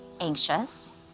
anxious